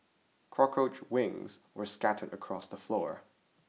cockroach wings were scattered across the floor